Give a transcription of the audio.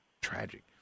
Tragic